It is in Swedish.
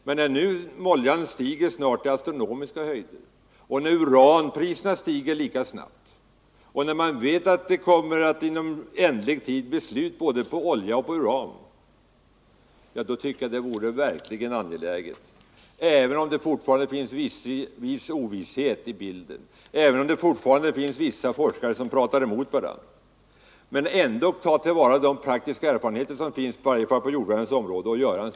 Men när nu oljeimporten stiger till snart astronomiska belopp, när uranpriserna stiger lika snabbt och när man vet att det inom ändlig tid kommer att vara slut på både olja och uran, tycker jag att det verkligen är angeläget — även om det fortfarande finns ovisshet med i bilden och även om fortfarande vissa forskare talar emot varandra — att ta till vara de praktiska erfarenheter som kan vinnas på jordvärmens område.